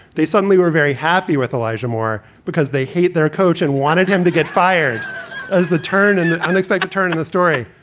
they suddenly were very happy with elijah moore because they hate their coach and wanted him to get fired as the turn and unexpected turn in the story.